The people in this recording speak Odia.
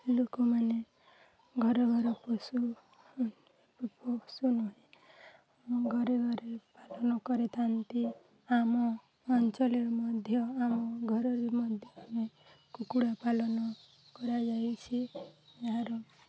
ଲୋକମାନେ ଘର ଘର ପଶୁ ପଶୁ ନୁହେଁ ଘରେ ଘରେ ପାଳନ କରିଥାନ୍ତି ଆମ ଅଞ୍ଚଲରେ ମଧ୍ୟ ଆମ ଘରରେ ମଧ୍ୟ ଆମେ କୁକୁଡ଼ା ପାଳନ କରାଯାଇଛି ଏହାର